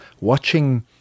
watching